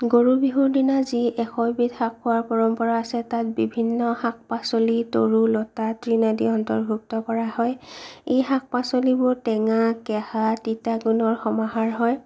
গৰু বিহুৰ দিনা যি এশ এবিধ শাক খোৱাৰ পৰম্পৰা আছে তাত বিভিন্ন শাক পাচলি তৰু লতা তৃণ আদি অন্তৰ্ভুক্ত কৰা হয় এই শাক পাচলিবোৰ টেঙা তিতা কেহা গুণৰ সমাহাৰ হয়